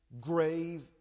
grave